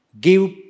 Give